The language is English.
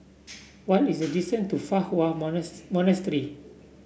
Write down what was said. what is the distance to Fa Hua Monastery